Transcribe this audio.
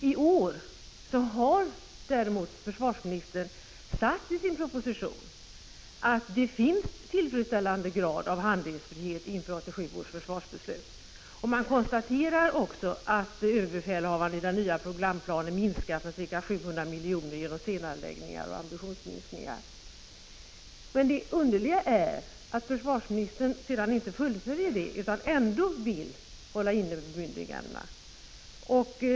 I år däremot har försvarsministern sagt i sin proposition att det finns tillfredsställande grad av handlingsfrihet inför 1987 års försvarsbeslut. Man konstaterar också att överbefälhavaren i den nya programplanen minskat kostnaderna med ca 700 milj.kr. genom senareläggningar och ambitionsminskningar. Men det underliga är att försvarsministern sedan inte fullföljer detta utan ändå vill hålla inne med bemyndigandena.